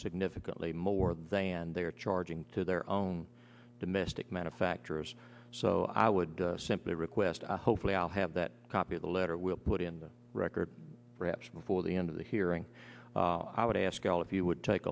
significantly more than they are charging to their own domestic manufacturers so i would simply request hopefully i'll have that copy of the letter will put in the record perhaps before the end of the hearing i would ask al if you would take